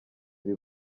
iri